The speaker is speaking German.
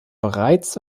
bereits